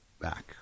back